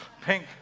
Pink